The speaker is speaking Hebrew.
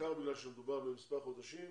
בעיקר בגלל שמדובר במספר חודשים